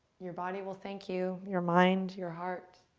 your body will thank you, your mind, your heart.